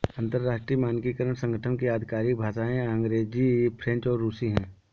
अंतर्राष्ट्रीय मानकीकरण संगठन की आधिकारिक भाषाएं अंग्रेजी फ्रेंच और रुसी हैं